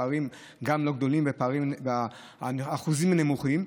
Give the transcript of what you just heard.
הפערים גם לא גדולים והאחוזים נמוכים,